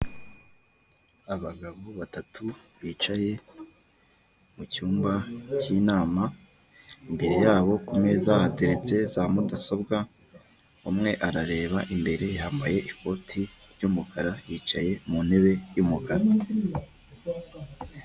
Abagabo batatu bicaye mu cyumba cy'inama imbere yabo ku meza hateretse za mudasobwa, umwe arareba imbere yambaye ikoti ry'umukara, yicaye mu ntebe y'umukara.